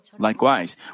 Likewise